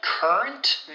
Current